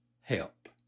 help